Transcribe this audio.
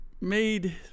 made